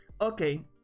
okay